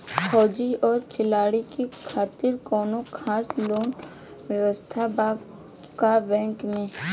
फौजी और खिलाड़ी के खातिर कौनो खास लोन व्यवस्था बा का बैंक में?